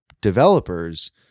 developers